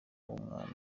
w’umwana